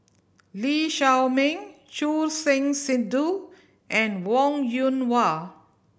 Lee Shao Meng Choor Singh Sidhu and Wong Yoon Wah